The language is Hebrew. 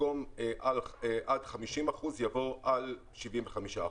במקום ״50%" יבוא ״75%"